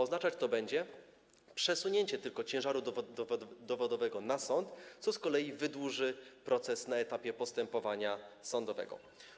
Oznaczać to będzie przesunięcie ciężaru dowodowego na sąd, co z kolei wydłuży proces na etapie postępowania sądowego.